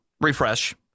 refresh